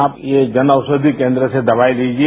आप ये जन औषधि केन्द्र से दवाई लिजिए